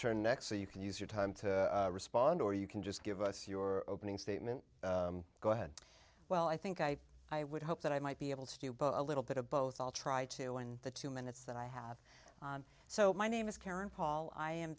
turn next so you can use your time to respond or you can just give us your opening statement go ahead well i think i i would hope that i might be able to do both a little bit of both i'll try to end the two minutes that i have so my name is karen paul i am